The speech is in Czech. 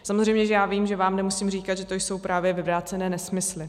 Samozřejmě já vím, že vám nemusím říkat, že to jsou právě vyvrácené nesmysly.